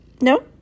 No